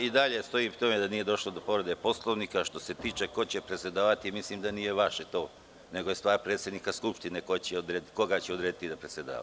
I dalje sam pri tome da nije došlo do povrede Poslovnika, a što se tiče toga ko će predsedavati mislim da nije vaše, nego je stvar predsednika Skupštine koga će odrediti da predsedava.